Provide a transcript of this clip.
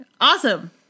Awesome